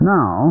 Now